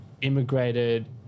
immigrated